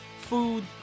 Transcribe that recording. food